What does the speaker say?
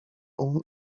own